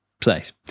place